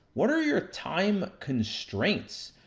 what are your time constraints?